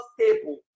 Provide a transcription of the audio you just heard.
stable